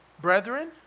brethren